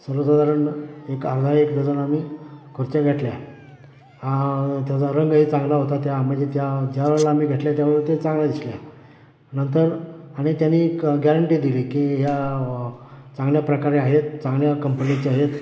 सर्वसाधारण एक अर्धा एक डझन आम्ही खुर्च्या घेतल्या त्याचा रंगही चांगला होता त्या म्हणजे त्या ज्या वेळेला आम्ही घेतल्या त्या वेळेला ते चांगल्या दिसल्या नंतर आणि त्यांनी क गॅरंटी दिली की या व चांगल्या प्रकारे आहेत चांगल्या कंपनीच्या आहेत